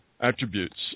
attributes